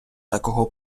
такого